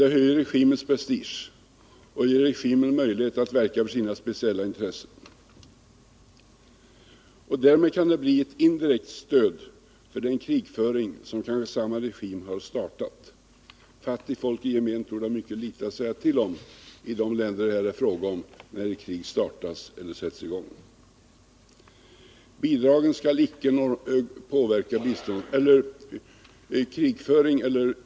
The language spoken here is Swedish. Detta höjer regimens prestige och ger den möjlighet att verka för sina speciella intressen. Biståndet kan därmed bli ett indirekt stöd för den krigföring som samma regim kanske har startat, och när ett krig i de länder det här är fråga om påbörjas torde fattigt folk i gemen ha mycket litet att säga till om.